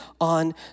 on